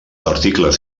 articles